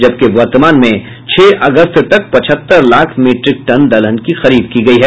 जबकि वर्तमान में छह अगस्त तक पचहत्तर लाख मिट्रिक टन दलहन की खरीद की गयी है